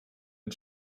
ein